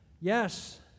Yes